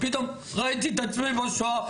פתאום ראיתי את עצמי בשואה,